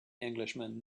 englishman